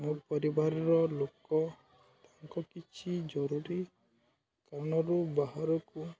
ମୋ ପରିବାରର ଲୋକ ତାଙ୍କ କିଛି ଜରୁରୀ କାମରୁ ବାହାରକୁ